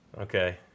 Okay